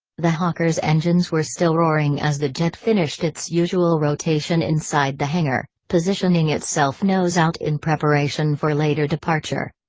the hawker's engines were still roaring as the jet finished its usual rotation inside the hangar, positioning itself nose-out in preparation for later departure.